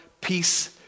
peace